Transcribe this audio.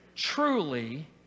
Truly